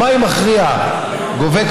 שמאי מכריע גובה,